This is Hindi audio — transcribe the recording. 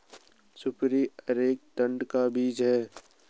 सुपारी अरेका ताड़ का बीज है